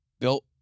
built